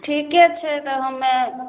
ठीके छै तऽ हम्मे